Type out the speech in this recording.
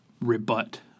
rebut